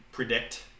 predict